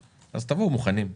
אז תבואו מוכנים.